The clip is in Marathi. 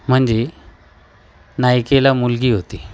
म्हणजे नायिकेला मुलगी होते